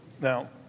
Now